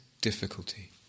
Difficulty